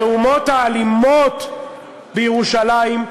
המהומות האלימות בירושלים,